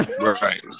Right